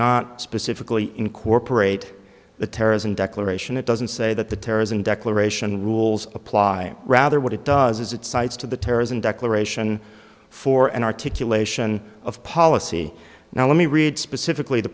not specifically incorporate the terrorism declaration it doesn't say that the terrorism declaration rules apply rather what it does is it cites to the terrorism declaration for an articulation of policy now let me read specifically t